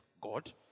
God